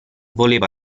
voleva